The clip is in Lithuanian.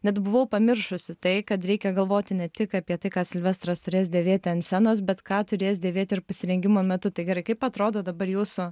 net buvau pamiršusi tai kad reikia galvoti ne tik apie tai ką silvestras turės dėvėti ant scenos bet ką turės dėvėti ir pasirengimo metu tai gerai kaip atrodo dabar jūsų